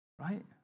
right